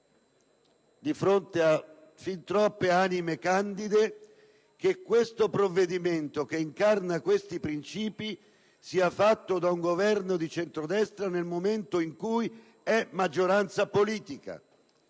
di fronte a fin troppe anime candide, che questo provvedimento, che incarna tali princìpi, sia fatto da un Governo di centrodestra nel momento in cui è maggioranza politica.